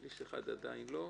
שליש אחד עדיין לא.